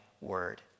word